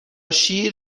شیر